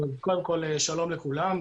שלום לכולם.